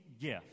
gift